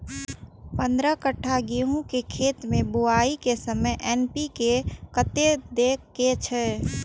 पंद्रह कट्ठा गेहूं के खेत मे बुआई के समय एन.पी.के कतेक दे के छे?